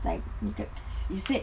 like you said